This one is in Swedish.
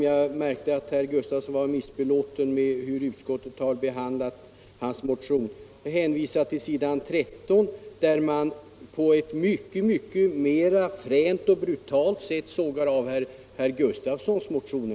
Jag märkte att herr Gustafsson var missbelåten med utskottets behandling av hans motion och jag förstår honom. På s. 13i betänkandet sågar utskottet på ett mycket mera fränt och brutalt sätt av herr Gustafssons motion.